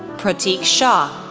prateek shah,